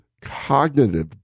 cognitive